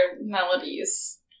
melodies